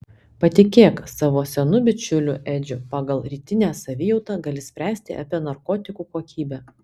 patikėk savo senu bičiuliu edžiu pagal rytinę savijautą gali spręsti apie narkotikų kokybę